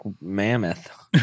mammoth